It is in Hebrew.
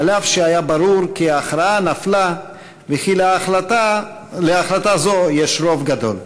אף שהיה ברור כי ההכרעה נפלה וכי להחלטה זו יש רוב גדול.